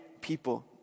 people